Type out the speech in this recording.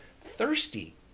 thirsty